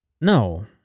No